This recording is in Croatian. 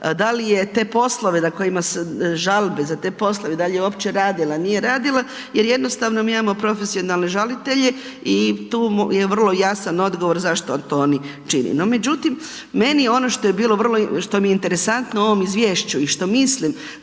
da li je te poslove na kojima su žalbe za poslove da li je uopće radila, nije radila jer jednostavno mi imamo profesionalne žalitelje i tu je vrlo jasan odgovor zašto to oni čine. No međutim meni ono što mi je interesantno u ovom izvješću i što mislim